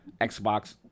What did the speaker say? Xbox